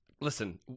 listen